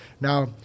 Now